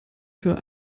für